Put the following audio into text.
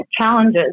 challenges